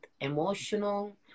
emotional